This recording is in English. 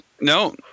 no